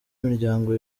imiryango